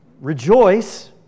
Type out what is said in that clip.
rejoice